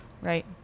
Right